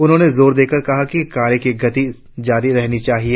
उन्होंने जोर देकर कहा कि कार्य की गति जारी रहनी चाहिए